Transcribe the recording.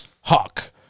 Hawk